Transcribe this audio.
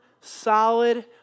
solid